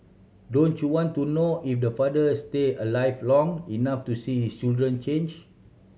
don't you want to know if the father stay alive long enough to see his children change